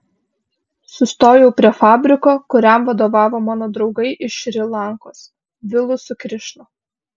sustojau prie fabriko kuriam vadovavo mano draugai iš šri lankos vilu su krišna